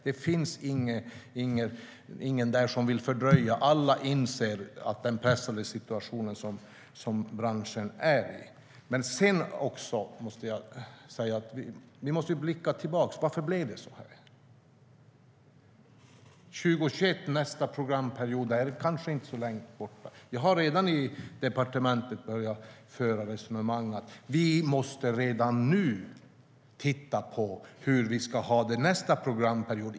Det finns ingen där som vill fördröja. Alla inser den pressade situation som branschen är i.Vi måste blicka tillbaka. Varför blev det så här? Nästa programperiod 2021 är kanske inte så långt borta. Vi har redan i departementet börjat föra resonemang. Vi måste redan nu i tid titta på hur vi ska ha det nästa programperiod.